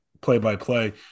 play-by-play